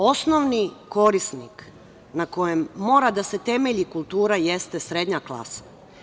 Osnovni korisnik na kojem mora da se temelji kultura jeste srednja klasa.